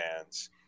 fans